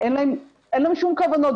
אין להם שום כוונות,